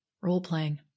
role-playing